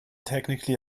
technically